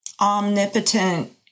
omnipotent